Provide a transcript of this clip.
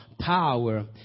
power